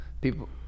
People